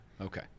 Okay